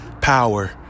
power